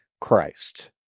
Christ